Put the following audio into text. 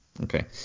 Okay